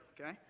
okay